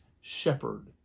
shepherd